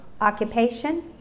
occupation